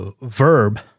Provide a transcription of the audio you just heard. verb